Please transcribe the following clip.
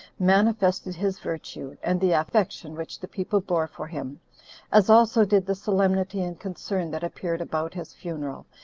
manifested his virtue, and the affection which the people bore for him as also did the solemnity and concern that appeared about his funeral,